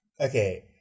Okay